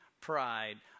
pride